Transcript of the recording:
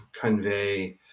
convey